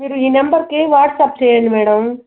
మీరు ఈ నంబర్కి వాట్సాప్ చెయ్యండి మేడం